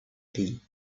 pays